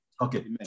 okay